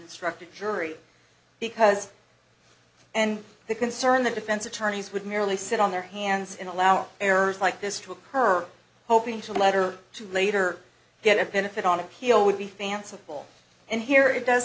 instructing jury because and the concern the defense attorneys would merely sit on their hands and allow errors like this to occur hoping to letter to later get a benefit on appeal would be fanciful and here it does